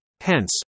Hence